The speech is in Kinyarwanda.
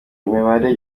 imibanire